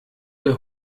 der